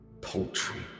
Poultry